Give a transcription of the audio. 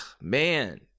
man